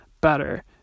better